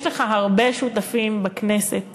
יש לך הרבה שותפים בכנסת